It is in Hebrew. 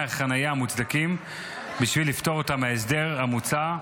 החניה המוצדקים בשביל לפטור אותם מההסדר המוצע,